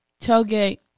tailgate